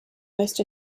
most